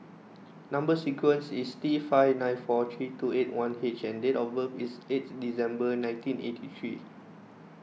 Number Sequence is T five nine four three two eight one H and date of birth is eighth December nineteen eighty three